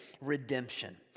redemption